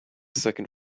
second